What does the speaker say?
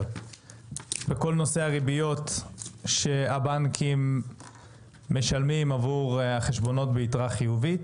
בכל נושא הריביות שהבנקים משלמים עבור החשבונות ביתרה חיובית,